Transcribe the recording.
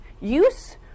use